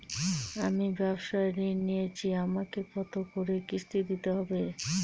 আমি ব্যবসার ঋণ নিয়েছি আমাকে কত করে কিস্তি দিতে হবে?